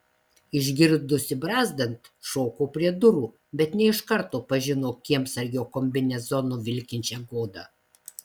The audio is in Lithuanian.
išgirdusi brazdant šoko prie durų bet ne iš karto pažino kiemsargio kombinezonu vilkinčią godą